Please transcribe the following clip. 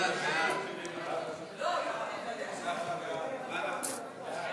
ההצעה להעביר את הצעת חוק הבטחת הכנסה (תיקון מס 51)